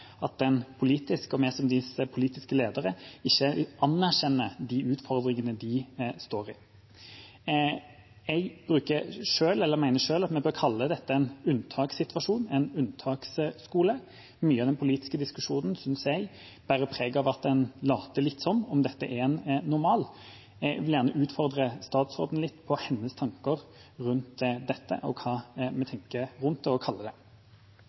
at en politisk – også vi, som deres politiske ledere – ikke anerkjenner de utfordringene de står i. Jeg mener selv at vi bør kalle dette en unntakssituasjon og en unntaksskole. Mye av den politiske diskusjonen synes jeg bærer preg av at en later litt som om dette er en normal. Jeg vil gjerne utfordre statsråden på hennes tanker rundt dette, hva vi tenker rundt det, og hva vi kaller det.